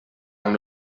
amb